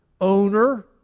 owner